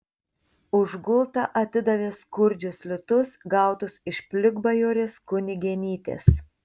už gultą atidavė skurdžius litus gautus iš plikbajorės kunigėnytės